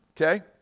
okay